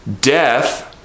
death